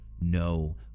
No